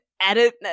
edit